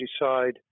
decide